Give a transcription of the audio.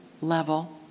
level